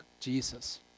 Jesus